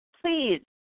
please